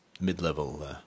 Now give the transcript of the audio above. mid-level